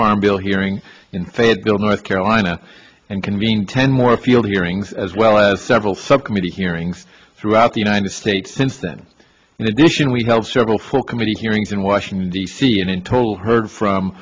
farm bill hearing in fayetteville north carolina and convened ten more field hearings as well as several subcommittee hearings throughout the united states since then in addition we held several full committee hearings in washington d c and in total heard from